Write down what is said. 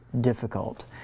difficult